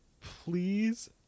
please